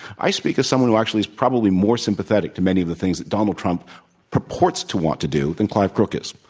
i speak as someone who actually is probably more sympathetic to many of the things that donald trump purports to want to do than clive crook is.